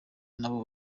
n’abo